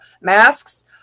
masks